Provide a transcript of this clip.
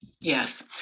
Yes